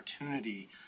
opportunity